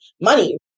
money